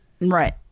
Right